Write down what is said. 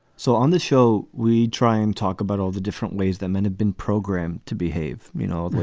so on the show, we try and talk about all the different ways that men have been programmed to behave. you know,